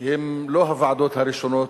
הן לא הוועדות הראשונות,